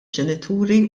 ġenituri